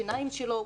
השיניים שלו,